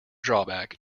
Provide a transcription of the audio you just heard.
drawback